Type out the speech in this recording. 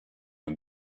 and